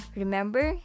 remember